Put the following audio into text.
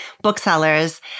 booksellers